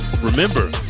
Remember